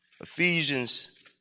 Ephesians